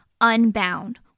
unbound